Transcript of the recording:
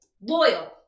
loyal